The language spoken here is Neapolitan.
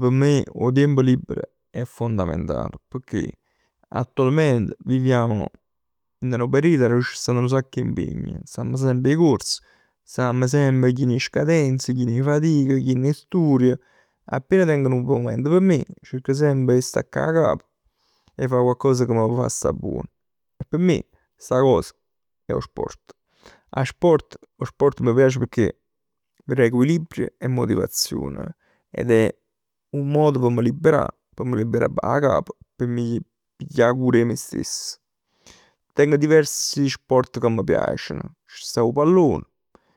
P' me 'o tiempo liber è fondamentale. Pecchè attualmente viviamo dint 'a nu periodo arò ci stann nu sacc 'e impegni. Jamm semp 'e corsa. Stamm semp chin 'e scadenze. Chin 'e fatic, chien 'e sturj. Appena tengo nu momento p' me cerco semp 'e stacca 'a capa. 'E fa coccos che m' fa sta buono. E p' me sta cosa è 'o sport. 'O sport, 'o sport m' piace pecchè mi da equilibrio e motivazione ed è un modo p' m' libera. P' mi liberà 'a capa, p' mi piglia cura 'e me stesso. Tengo diversi sport che m' piaceno. Ci sta 'o pallone,